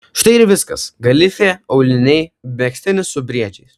štai ir viskas galifė auliniai megztinis su briedžiais